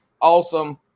awesome